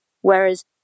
Whereas